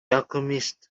alchemist